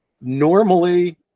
Normally